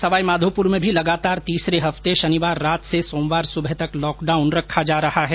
सवाई माधोप्र में भी लगातार तीसरे हफ्ते शनिवार रात से सोमवार सुबह तक लॉकडाउन रखा जा रहा है